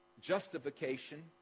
Justification